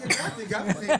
רק הגעתי, גפני.